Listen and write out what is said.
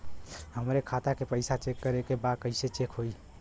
हमरे खाता के पैसा चेक करें बा कैसे चेक होई?